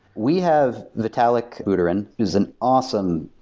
we have vitalic buterin who's an awesome,